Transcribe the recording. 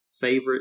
favorite